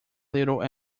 little